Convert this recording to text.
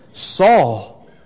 Saul